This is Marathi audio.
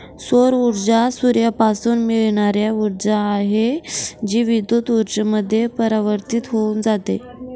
सौर ऊर्जा सूर्यापासून मिळणारी ऊर्जा आहे, जी विद्युत ऊर्जेमध्ये परिवर्तित होऊन जाते